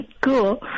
Cool